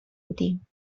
بودیم